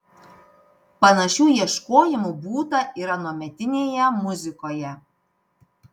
panašių ieškojimų būta ir anuometinėje muzikoje